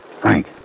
Frank